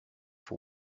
for